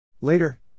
Later